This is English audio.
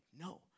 No